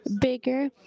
bigger